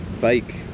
bike